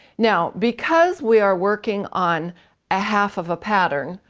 now because we are working on a half of a pattern,